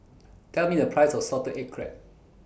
Tell Me The Price of Salted Egg Crab